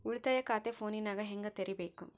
ಉಳಿತಾಯ ಖಾತೆ ಫೋನಿನಾಗ ಹೆಂಗ ತೆರಿಬೇಕು?